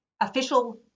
official